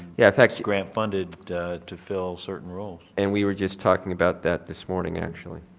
yeah if extra grant funded to fill certain roles. and we were just talking about that this morning actually,